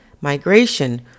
Migration